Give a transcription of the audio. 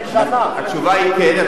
התשובה היא כן,